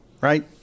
right